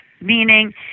meaning